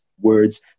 words